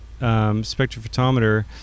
spectrophotometer